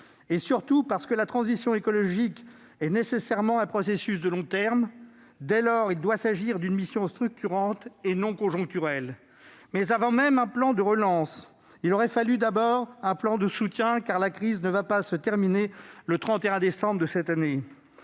et surtout parce que la transition écologique est nécessairement un processus de long terme. Dès lors, il doit s'agir d'une mission structurante et non conjoncturelle. Avant même un plan de relance, il aurait d'abord fallu un plan de soutien, car la crise sanitaire ne va pas se terminer le 31 décembre de cette année.